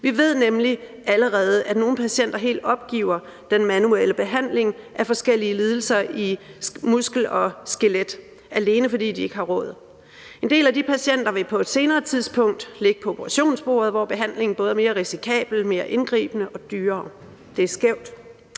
Vi ved nemlig allerede, at nogle patienter helt opgiver den manuelle behandling af forskellige lidelser i muskel og skelet, alene fordi de ikke har råd. En del af de patienter vil på et senere tidspunkt ligge på operationsbordet, hvor behandlingen både er mere risikabel, mere indgribende og dyrere. Det er skævt.